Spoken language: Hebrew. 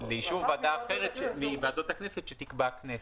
לאישור ועדה אחרת מוועדות הכנסת שתקבע הכנסת.